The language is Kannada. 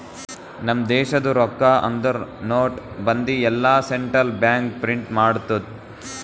ನಮ್ ದೇಶದು ರೊಕ್ಕಾ ಅಂದುರ್ ನೋಟ್, ಬಂದಿ ಎಲ್ಲಾ ಸೆಂಟ್ರಲ್ ಬ್ಯಾಂಕ್ ಪ್ರಿಂಟ್ ಮಾಡ್ತುದ್